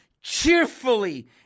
cheerfully